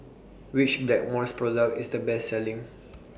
Which Blackmores Product IS The Best Selling